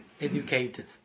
educated